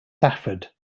safford